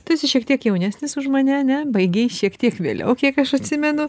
tu esi šiek tiek jaunesnis už mane ane baigei šiek tiek vėliau kiek aš atsimenu